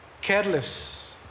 careless